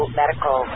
medical